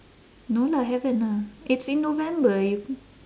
no lah haven't ah it's in november you